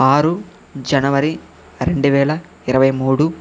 ఆరు జనవరి రెండు వేల ఇరవై మూడు